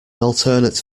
alternate